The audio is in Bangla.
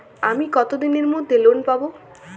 আমি কতদিনের মধ্যে লোন পাব?